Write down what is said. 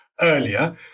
earlier